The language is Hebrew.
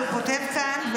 אבל הוא כותב כאן,